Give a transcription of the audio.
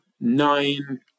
nine